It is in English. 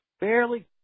barely